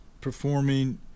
performing